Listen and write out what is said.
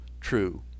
true